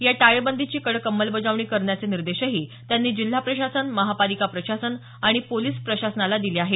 या टाळेबंदीची कडक अंमलबजावणी करण्याचे निर्देशही त्यांनी जिल्हा प्रशासन महापालिका प्रशासन आणि पोलिस प्रशासनाला दिल्या आहेत